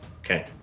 Okay